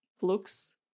Looks